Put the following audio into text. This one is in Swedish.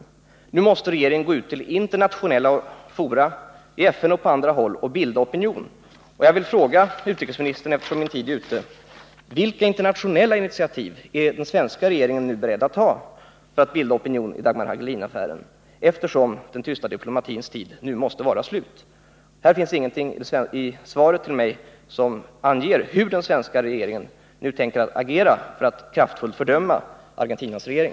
Regeringen måste nu gå ut till internationella fora, i FN och på andra håll, och bilda opinion. Jag vill fråga utrikesministern: Vilka internationella initiativ är den svenska regeringen nu beredd att ta för att bilda opinion i Dagmar Hagelin-affären? Den tysta diplomatins tid måste nu vara slut. I svaret till mig finns ingenting som anger hur den svenska regeringen tänker agera för att kraftfullt fördöma Argentinas regering.